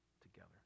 together